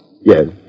Yes